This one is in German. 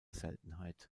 seltenheit